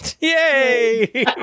yay